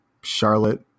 Charlotte